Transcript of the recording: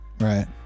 Right